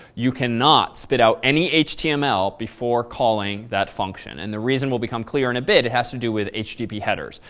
you cannot spit out any html before calling that function. and the reason will become clear in the bit. it has to do with http headers,